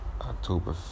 October